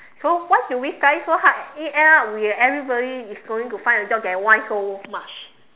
so why do we study so hard in end up everybody is going to find a job that whine so much